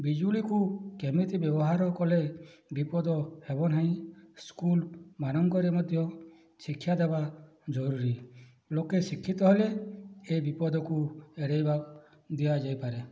ବିଜୁଳିକୁ କେମିତି ବ୍ୟବହାର କଲେ ବିପଦ ହେବ ନାହିଁ ସ୍କୁଲ୍ମାନଙ୍କରେ ମଧ୍ୟ ଶିକ୍ଷା ଦେବା ଜରୁରୀ ଲୋକେ ଶିକ୍ଷିତ ହେଲେ ଏ ବିପଦକୁ ଏଡ଼ାଇବା ଦିଆଯାଇପାରେ